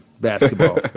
Basketball